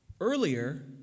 Earlier